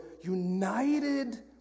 united